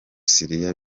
syria